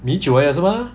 米酒来的是吗